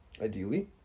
ideally